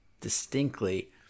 distinctly